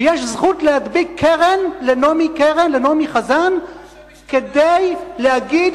ויש זכות להדביק קרן לנעמי חזן כדי להגיד,